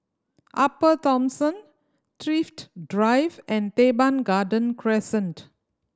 Upper Thomson Thrift Drive and Teban Garden Crescent